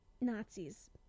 Nazis